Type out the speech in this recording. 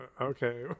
okay